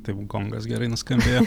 tėvų gongas gerai nuskambėjo